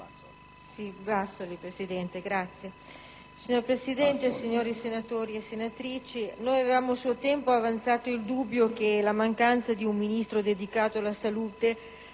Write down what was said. Signor Presidente, signori senatori e senatrici, avevamo a suo tempo avanzato il dubbio che la mancanza di un Ministro dedicato alla salute